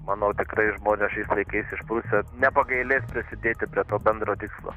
manau tikrai žmonės šiais laikais išprusę nepagailės prisidėti prie bendro tikslo